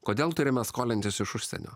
kodėl turime skolintis iš užsienio